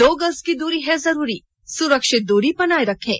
दो गज की दूरी है जरूरी सुरक्षित दूरी बनाए रखें